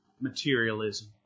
materialism